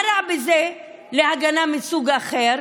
מה רע בזה להגנה מסוג אחר?